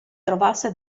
trovasse